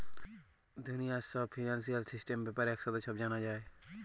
দুলিয়ার ছব financial system ব্যাপারে একসাথে ছব জালা যায়